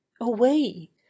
away